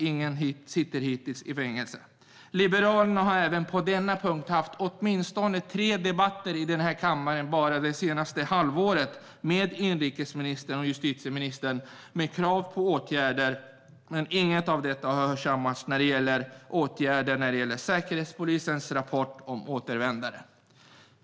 Ingen sitter hittills i fängelse. Liberalerna har på denna punkt haft åtminstone tre debatter i kammaren bara det senaste halvåret med inrikesministern och justitieministern, med krav på åtgärder. Men inget har hörsammats när det gäller åtgärder i fråga om Säkerhetspolisens rapport om återvändare.